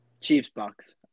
Chiefs-Bucks